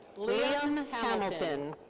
liam hamilton.